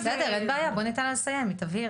בסדר, אין בעיה, בואי ניתן לה לסיים היא תבהיר.